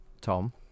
Tom